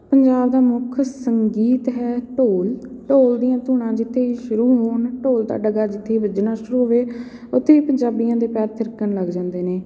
ਪੰਜਾਬ ਦਾ ਮੁੱਖ ਸੰਗੀਤ ਹੈ ਢੋਲ ਢੋਲ ਦੀਆਂ ਧੁਨਾਂ ਜਿੱਥੇ ਸ਼ੁਰੂ ਹੋਣ ਢੋਲ ਦਾ ਡਗਾ ਜਿੱਥੇ ਵੱਜਣਾ ਸ਼ੁਰੂ ਹੋਵੇ ਉੱਥੇ ਪੰਜਾਬੀਆਂ ਦੇ ਪੈਰ ਥਿਰਕਣ ਲੱਗ ਜਾਂਦੇ ਨੇ